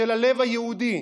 של הלב היהודי,